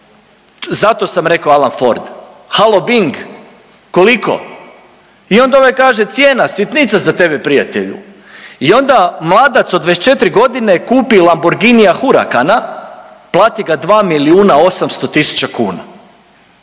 Zato sam rekao Alan Ford. Halo Bing koliko? I onda ovaj kaže cijena sitnica za tebe prijatelju. I onda mladac od 24 godine kupi Lamborghinia Huracana plati ga 2 milijuna 800 tisuća kuna,